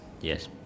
yes